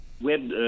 web